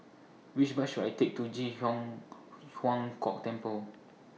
Which Bus should I Take to Ji Huang Kok Temple